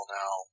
now